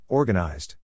Organized